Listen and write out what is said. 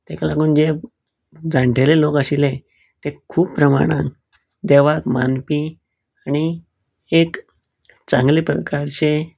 तेका लागून जे जाण्टेले लोक आशिल्ले तें खूब प्रमाणान देवाक मानपी आनी एक चांगले प्रकारचे